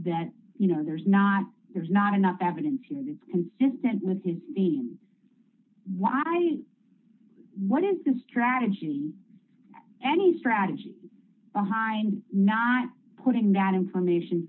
then you know there's not there's not enough evidence here and it's consistent with his team why what is the strategy any strategy behind not putting that information